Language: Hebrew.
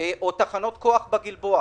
או פרויקט תחנות כוח בגלבוע.